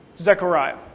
Zechariah